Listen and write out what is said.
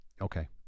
okay